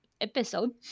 episode